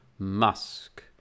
Musk